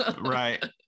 right